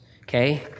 okay